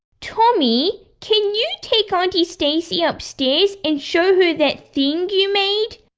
tommy, can you take auntie stacie upstairs and show her that thing you made?